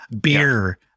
beer